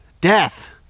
Death